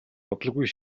удалгүй